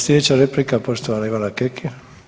Sljedeća replika, poštovana Ivana Kekin.